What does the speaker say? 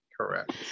Correct